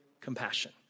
compassion